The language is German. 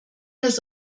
das